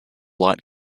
light